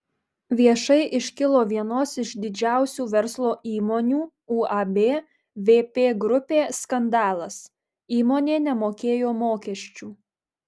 viešai iškilo vienos iš didžiausių verslo įmonių uab vp grupė skandalas įmonė nemokėjo mokesčių